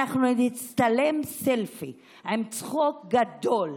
אנחנו נצטלם סלפי עם צחוק גדול.